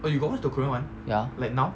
ya